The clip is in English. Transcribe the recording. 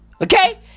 Okay